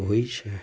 હોય છે